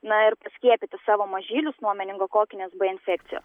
na ir paskiepyti savo mažylius nuo meningokokinės b infekcijos